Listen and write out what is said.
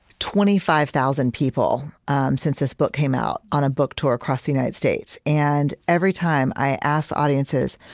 twenty five thousand people since this book came out, on a book tour across the united states. and every time, i ask the audiences,